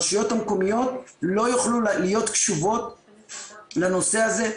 הרשויות המקומיות לא יוכלו להיות קשובות לנושא הזה.